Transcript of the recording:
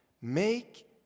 make